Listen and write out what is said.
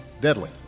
deadly